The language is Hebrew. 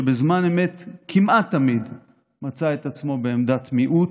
שבזמן אמת כמעט תמיד מצא את עצמו בעמדת מיעוט,